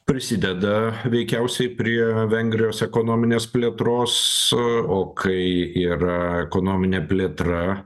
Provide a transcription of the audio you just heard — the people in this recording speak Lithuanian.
prisideda veikiausiai prie vengrijos ekonominės plėtros o kai yra ekonominė plėtra